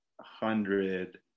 hundred